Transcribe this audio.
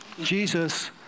Jesus